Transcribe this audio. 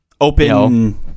Open